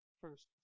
first